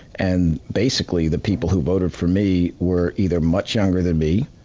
and basically, the people who voted for me were either much younger than me,